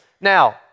Now